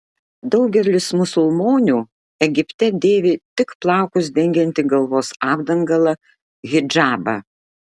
daugelis musulmonių egipte dėvi tik plaukus dengiantį galvos apdangalą hidžabą